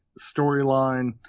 storyline